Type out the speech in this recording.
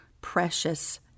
precious